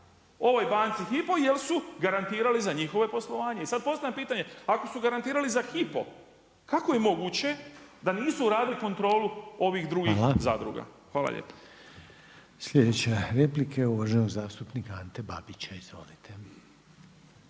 ovoj banci Hypo, jer su garantirali za njihovo poslovanje. Sad postavljam pitanje, ako su garantirali za Hypo kako je moguće da nisu radili kontrolu ovih drugih zadruga. Hvala lijepo. **Reiner, Željko (HDZ)** Hvala. Sljedeća replika je uvaženog zastupnika Ante Babića. Izvolite.